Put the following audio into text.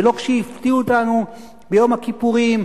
ולא כשהפתיעו אותנו ביום הכיפורים,